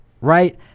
right